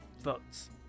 votes